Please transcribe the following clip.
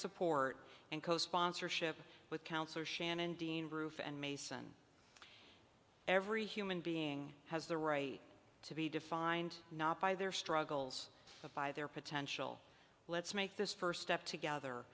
support and co sponsorship with councillor shannon dean roof and mason every human being has the right to be defined not by their struggles of by their potential let's make this first step together